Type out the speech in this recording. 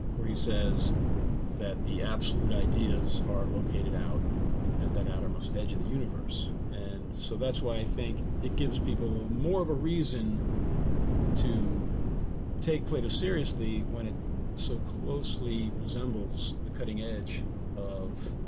where he says that the absolute ideas are located out at that outermost edge of the universe. and so that's why i think it gives people have more of a reason to take plato seriously when it so closely resembles the cutting edge of